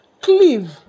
cleave